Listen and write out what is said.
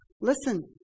Listen